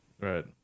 Right